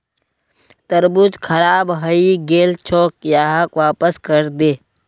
तरबूज खराब हइ गेल छोक, यहाक वापस करे दे